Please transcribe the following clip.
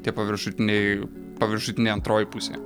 tie paviršutiniai paviršutinė antroji pusė